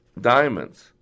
diamonds